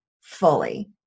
fully